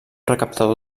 recaptador